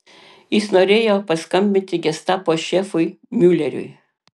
jis norėjo paskambinti gestapo šefui miuleriui